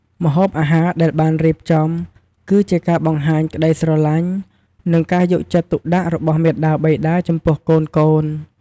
ម្ហូបអាហារដែលបានរៀបចំ គឺជាការបង្ហាញក្តីស្រឡាញ់ និងការយកចិត្តទុកដាក់របស់មាតាបិតាចំពោះកូនៗ។